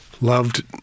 Loved